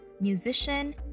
musician